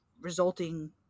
resulting